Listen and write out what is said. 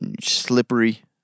slippery